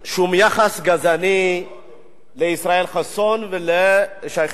שום יחס גזעני לישראל חסון ולשי חרמש,